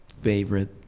favorite